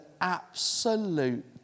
absolute